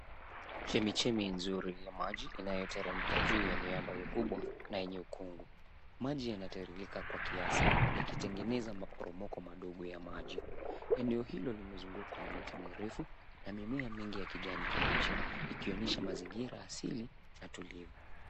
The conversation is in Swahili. Chemichemi nzuri ya maji inayoteremka juu ya miamba mikubwa na yenye ukungu. Maji yanataririka kwa kiasi yakitengeneza maporomoko madogo ya maji. Eneo hilo limezungukwa na miti mirefu na mimea mingi ya kijani kibichi ikionyesha mazingira asili na tulivyo.